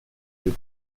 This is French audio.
elle